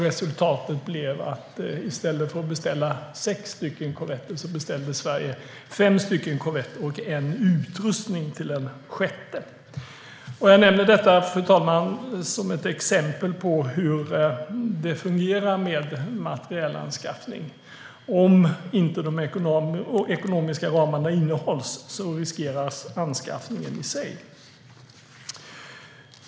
Resultatet blev att i stället för att beställa sex korvetter beställde Sverige fem korvetter och utrustning till en sjätte korvett. Fru talman! Jag nämnde detta som ett exempel på hur det fungerar med materielanskaffning. Om de ekonomiska ramarna inte hålls riskeras anskaffningen i sig.